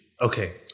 Okay